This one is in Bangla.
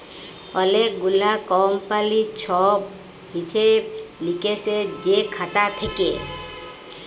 অলেক গুলা কমপালির ছব হিসেব লিকেসের যে খাতা থ্যাকে